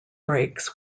brakes